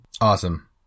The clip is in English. awesome